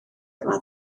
yma